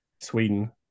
Sweden